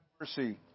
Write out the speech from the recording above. mercy